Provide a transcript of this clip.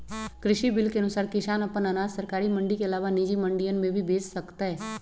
कृषि बिल के अनुसार किसान अपन अनाज सरकारी मंडी के अलावा निजी मंडियन में भी बेच सकतय